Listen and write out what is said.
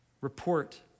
report